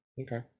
Okay